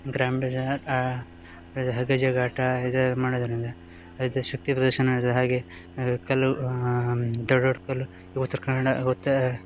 ಗ್ರಾಮೀಣ ಪ ಹಗ್ಗ ಜಗ್ಗಾಟ ಇದೇ ಮಾಡುದರಿಂದ ಇದು ಶಕ್ತಿ ಪ್ರದರ್ಶನದ ಹಾಗೆ ಕಲ್ಲು ದೊಡ್ಡ ದೊಡ್ಡ ಕಲ್ಲು ಈ ಉತ್ರ ಕನ್ನಡ ಒತ್ತೇ